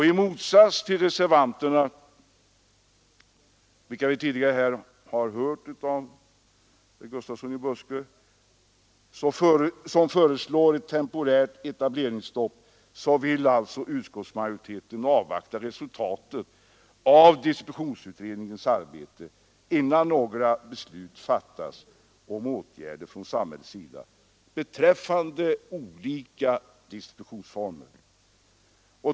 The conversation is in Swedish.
I motsats till reservanterna — för vilka herr Gustafsson i Byske har talat — som föreslår ett temporärt etableringsstopp vill alltså utskottsmajoriteten avvakta resultatet av distributionsutredningens arbete innan några beslut fattas om åtgärder från samhällets sida beträffande olika distributionsformer.